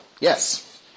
yes